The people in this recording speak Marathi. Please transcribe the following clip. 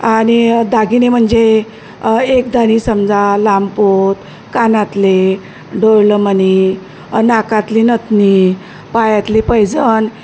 आणि दागिने म्हणजे एकदानी समजा लांबपोत कानातले डोरलं मणी नाकातली नथनी पायातली पैंजण